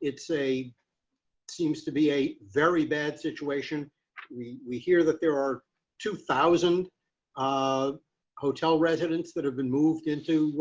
it's a seems to be a very bad situation we we hear that there are two thousand um hotel residents that have been moved into